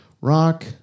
rock